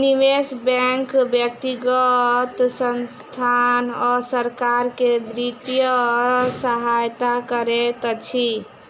निवेश बैंक व्यक्तिगत संसथान आ सरकार के वित्तीय सहायता करैत अछि